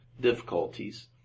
difficulties